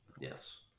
Yes